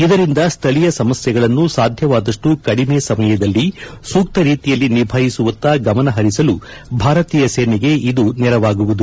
ಇದರಿಂದ ಸ್ಥಳೀಯ ಸಮಸ್ಯೆಗಳನ್ನು ಸಾಧ್ಯವಾದಷ್ಟು ಕಡಿಮೆ ಸಮಯದಲ್ಲಿ ಸೂಕ್ತ ರೀತಿಯಲ್ಲಿ ನಿಭಾಯಿಸುವತ್ತ ಗಮನ ಹರಿಸಲು ಭಾರತೀಯ ಸೇನೆಗೆ ಇದು ನೆರವಾಗುವುದು